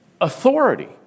authority